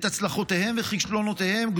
את הצלחותיהם וכישלונותיהם,